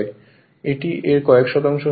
এটি এর কয়েক শতাংশ হয়